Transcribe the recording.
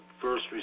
first